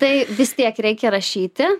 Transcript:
tai vis tiek reikia rašyti